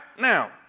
now